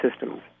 systems